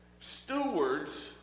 Stewards